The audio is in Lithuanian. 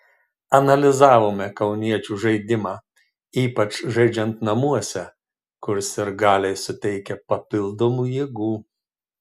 analizavome kauniečių žaidimą ypač žaidžiant namuose kur sirgaliai suteikia papildomų jėgų